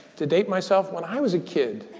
to date myself, when i was a kid,